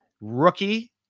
rookie